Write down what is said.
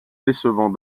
décevant